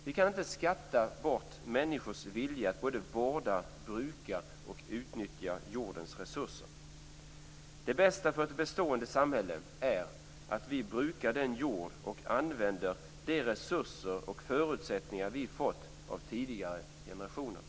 Vi kan inte skatta bort människors vilja att både vårda, bruka och utnyttja jordens resurser. Det bästa för ett bestående samhälle är att vi brukar den jord och använder de resurser och förutsättningar vi har fått av tidigare generationer.